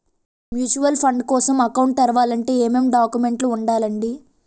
Mutual fund కోసం account తెరవాలంటే ఏమేం డాక్యుమెంట్లు ఉండాలండీ?